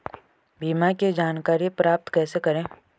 बीमा की जानकारी प्राप्त कैसे करें?